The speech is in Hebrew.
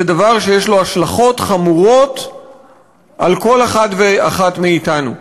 זה דבר שיש לו השלכות חמורות על כל אחד ואחת מאתנו.